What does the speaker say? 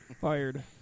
Fired